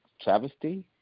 Travesty